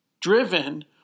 driven